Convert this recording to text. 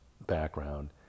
background